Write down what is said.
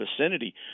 vicinity